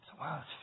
Wow